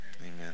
Amen